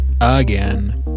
again